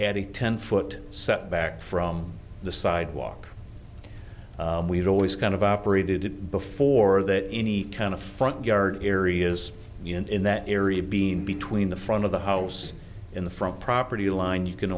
a ten foot set back from the sidewalk we've always kind of operated before that any kind of front yard areas in that area being between the front of the house in the front property line you can